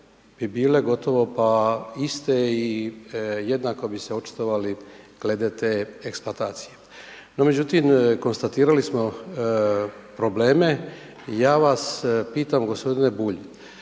bi bile gotovo pa iste i jednako bi se očitovali glede te eksploatacije. No međutim konstatirali smo probleme, ja vas pitam g. Bulj